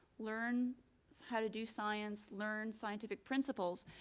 learn how to do science, learn scientific principles.